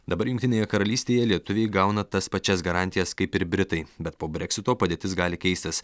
dabar jungtinėje karalystėje lietuviai gauna tas pačias garantijas kaip ir britai bet po breksito padėtis gali keistis